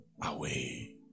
away